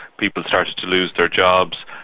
people started to lose their jobs.